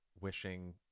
wishing